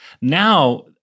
Now